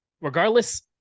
Regardless